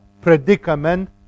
predicament